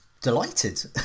delighted